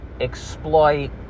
exploit